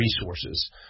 resources